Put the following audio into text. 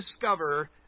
discover